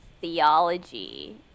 theology